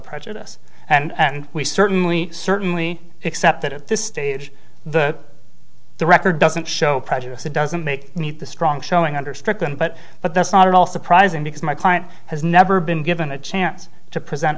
prejudice and we certainly certainly except that at this stage the the record doesn't show prejudice it doesn't make need the strong showing under strickland but but that's not at all surprising because my client has never been given a chance to present